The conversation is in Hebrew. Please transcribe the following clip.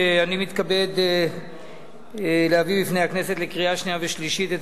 אני מתכבד להביא בפני הכנסת לקריאה שנייה ושלישית את